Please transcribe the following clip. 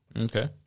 Okay